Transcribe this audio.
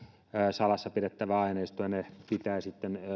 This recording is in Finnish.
salassa pidettävää aineistoa ja sen pitää sitten myös